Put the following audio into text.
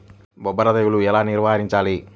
బొబ్బర తెగులు ఎలా నివారించాలి?